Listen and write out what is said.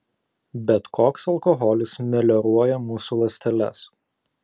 bet koks alkoholis melioruoja mūsų ląsteles